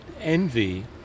envy